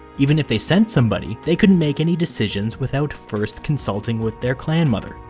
even if they sent somebody, they couldn't make any decisions without first consulting with their clan mother,